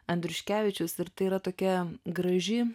andriuškevičius ir tai yra tokia graži